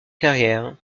carrière